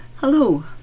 Hello